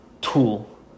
tool